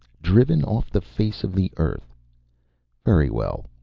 driven off the face of the earth very well,